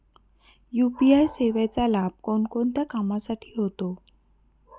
UPI सेवेचा लाभ कोणकोणत्या कामासाठी होतो?